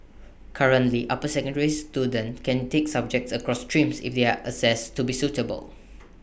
currently upper secondary students can take subjects across streams if they are assessed to be suitable